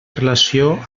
relació